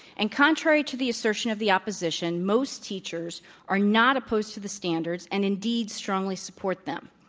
and contrary to the assertion of the opposition, most tea chers are not opposed to the standards, and indeed strongly support them.